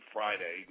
Friday